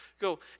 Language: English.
Go